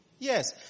Yes